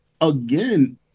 again